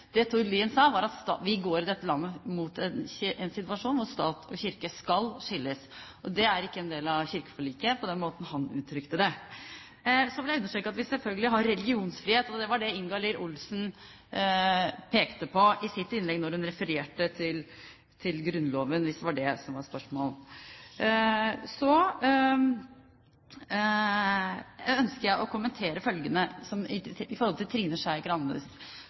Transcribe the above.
Det Tord Lien sa, var at vi i dette landet går mot en situasjon hvor stat og kirke skal skilles. Det er ikke en del av kirkeforliket på den måten han uttrykte det. Så vil jeg understreke at vi selvfølgelig har religionsfrihet. Det var det Ingalill Olsen pekte på i sitt innlegg da hun refererte til Grunnloven, hvis det var det det var spørsmål om. Så ønsker jeg å kommentere følgende i Trine Skei Grandes